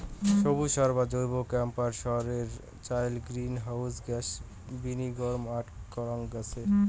সবুজ সার বা জৈব কম্পোট সারের চইল গ্রীনহাউস গ্যাসের বিনির্গমনক আটক করা গেইচে